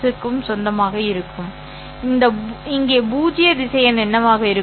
க்கும் அதிகமாக இருக்கும் இங்கே பூஜ்ய திசையன் என்னவாக இருக்கும்